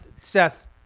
Seth